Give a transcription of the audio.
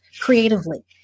creatively